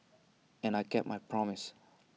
and I kept my promise